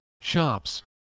shops